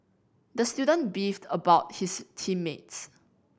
the student beefed about his team mates